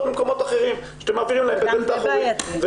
ממקומות אחרים שאתם מעבירים להם בדלת האחורית,